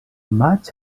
maig